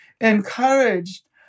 encouraged